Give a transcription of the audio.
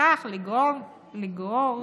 ובכך לגרור